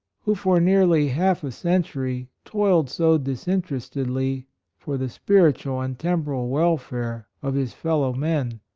who, for nearly half a century toiled so disinter estedly for the spiritual and tem poral welfare of his fellow men,